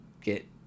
get